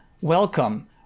welcome